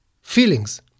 feelings